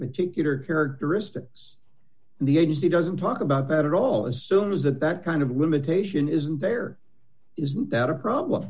particular characteristics the agency doesn't talk about that it all assumes that that kind of limitation isn't there isn't that a problem